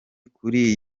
kuri